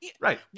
Right